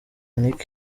nic